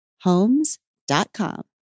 Homes.com